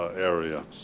ah area.